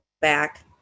back